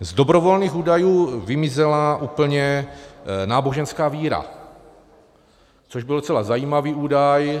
Z dobrovolných údajů vymizela úplně náboženská víra, což byl docela zajímavý údaj.